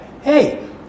Hey